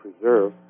preserve